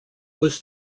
was